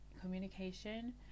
Communication